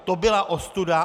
To byla ostuda!